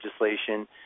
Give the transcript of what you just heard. legislation